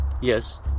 Yes